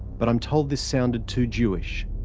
but i'm told this sounded too jewish.